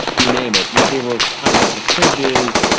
you name it. you know, they were kind of the fringes.